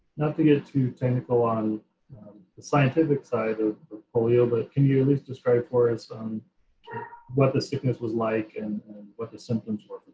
not to get too technical on the scientific side of polio, but can you at least describe forests on what the sickness was like and what the symptoms were for